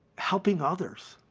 helping others.